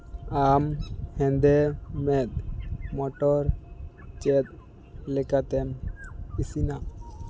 ᱟᱢ ᱦᱮᱸᱫᱮ ᱢᱮᱫ ᱢᱚᱴᱚᱨ ᱪᱮᱫ ᱞᱮᱠᱟᱛᱮᱢ ᱤᱥᱤᱱᱟ